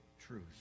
truth